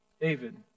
David